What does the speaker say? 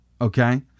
Okay